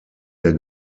der